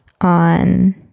on